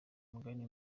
umugani